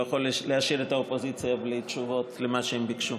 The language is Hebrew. אני לא יכול להשאיר את האופוזיציה בלי תשובות על מה שהם ביקשו.